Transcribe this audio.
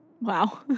Wow